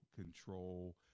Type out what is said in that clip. control